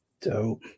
Dope